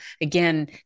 again